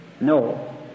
No